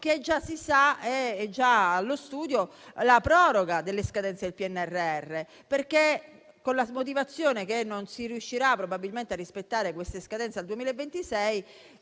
che già si sa ed è allo studio la proroga delle scadenze del PNRR, perché, con la motivazione che non si riuscirà probabilmente a rispettare queste scadenze al 2026,